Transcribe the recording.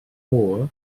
moore